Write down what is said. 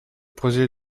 projet